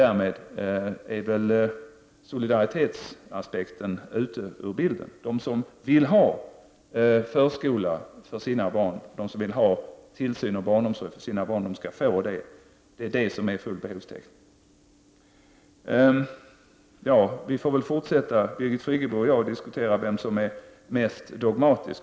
Därmed är väl solidaritetsaspekten ute ur bilden. ”Full behovstäckning” är alltså att de som vill ha tillsyn och barnomsorg för sina barn får det. Birgit Friggebo och jag får väl fortsätta att diskutera vem som är mest dogmatisk.